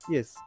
Yes